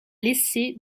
laissé